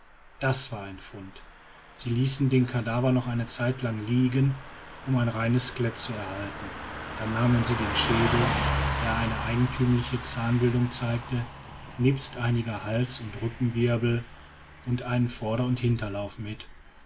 das war ein fund sie ließen den kadaver noch eine zeitlang liegen um ein reines skelett zu erhalten dann nahmen sie den schädel der eine eigentümliche zahnbildung zeigte nebst einigen hals und rückenwirbeln und einen vorder und hinterlauf mit